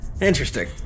Interesting